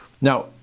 Now